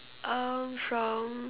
uh from